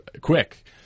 Quick